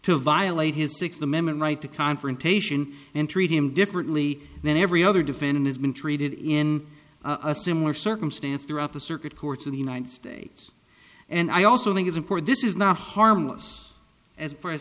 to violate his sixth amendment right to confrontation and treat him differently than every other defendant has been treated in a similar circumstance throughout the circuit courts of the united states and i also think it's import this is not harmless as far as